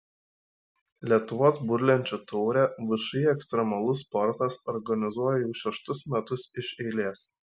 lietuvos burlenčių taurę všį ekstremalus sportas organizuoja jau šeštus metus iš eilės